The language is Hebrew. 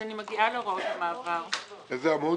אני מגיעה להוראות המעבר: "הוראות מעבר